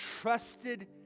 trusted